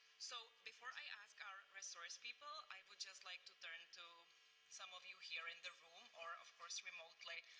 so before i ask our resource people, i would just like to turn to some of you here in the room or, of course, remotely,